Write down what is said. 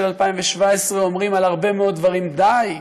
2017 אומרים על הרבה מאוד דברים: די.